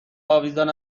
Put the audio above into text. آویزان